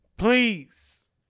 Please